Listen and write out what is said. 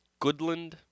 Goodland